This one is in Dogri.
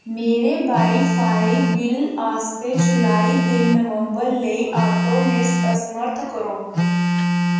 मेरे वाई फाई बिल्ल आस्तै जुलाई ते नवंबर लेई ऑटोपे असमर्थ करो